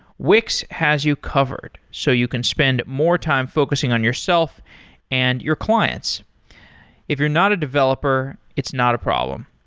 wix has you covered, so you can spend more time focusing on yourself and your clients if you're not a developer, it's not a problem.